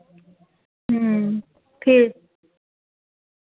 ठीक